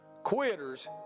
Quitters